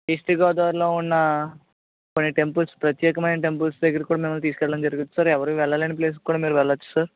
east గోదావరిలో ఉన్న కొన్ని టెంపుల్స్ ప్రత్యేకమైన టెంపుల్స్ దగ్గరి కూడా మిమ్మల్ని తీసుకెళ్ళడం జరుగుతుంది సార్ ఎవరు వెళ్ళలేని ప్లేస్కి కూడా మీరు వెళ్ళొచ్చు సార్